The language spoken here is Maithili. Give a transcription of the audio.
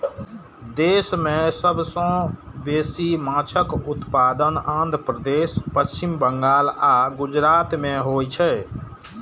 देश मे सबसं बेसी माछक उत्पादन आंध्र प्रदेश, पश्चिम बंगाल आ गुजरात मे होइ छै